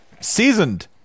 Seasoned